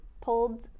pulled